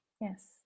Yes